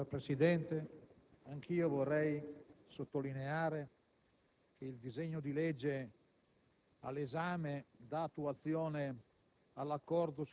Signor Presidente, anch'io vorrei sottolineare che il disegno di legge